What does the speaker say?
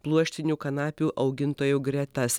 pluoštinių kanapių augintojų gretas